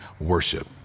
worship